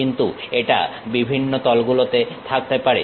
কিন্তু এটা বিভিন্ন তলগুলোতে থাকতে পারে